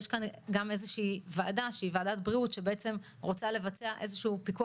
יש כאן ועדה שהיא ועדת בריאות שהיא רוצה לבצע פיקוח